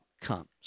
comes